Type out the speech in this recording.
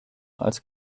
als